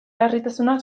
larritasuna